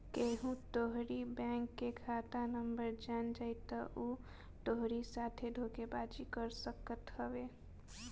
केहू तोहरी बैंक के खाता नंबर जान जाई तअ उ तोहरी साथे धोखाधड़ी कर सकत हवे